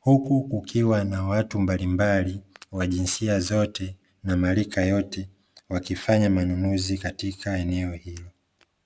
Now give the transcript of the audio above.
huku kukiwa na watu mbalimbali wa jinsia zote na marika yote wakifanya manunuzi katika eneo hili.